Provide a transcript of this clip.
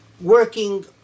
working